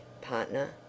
partner